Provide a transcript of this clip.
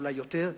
אולי יותר,